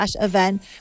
event